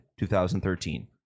2013